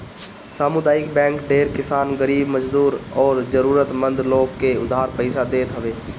सामुदायिक बैंक ढेर किसान, गरीब मजदूर अउरी जरुरत मंद लोग के उधार पईसा देत हवे